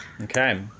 Okay